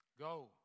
Go